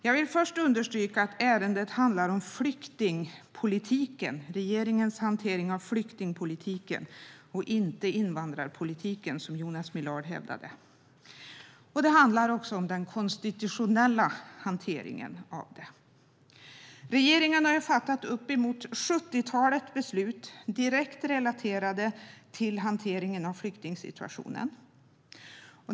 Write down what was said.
Jag vill understryka att ärendet handlar om regeringens hantering av flyktingpolitiken och inte invandrarpolitiken, som Jonas Millard hävdade. Och det handlar om den konstitutionella hanteringen. Regeringen har fattat uppemot 70 beslut, direkt relaterade till hanteringen av flyktingsituationen.